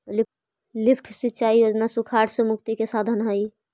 lift सिंचाई योजना सुखाड़ से मुक्ति के साधन हई